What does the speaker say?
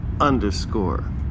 underscore